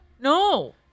No